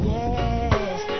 yes